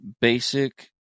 basic